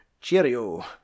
Cheerio